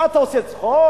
מה, אתה עושה צחוק?